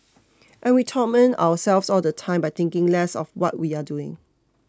and we torment ourselves all the time by thinking less of what we're doing